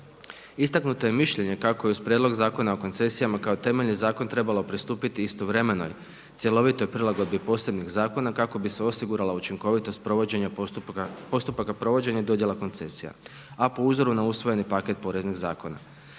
Istaknuto je mišljenje kako je uz Prijedlog zakona o koncesijama kao temeljni zakon trebalo pristupiti istovremenoj cjelovitoj prilagodbi posebnih zakona kako bi se osigurala učinkovitost postupaka provođenja i dodjela koncesija, a po uzoru na usvojeni paket poreznih zakona.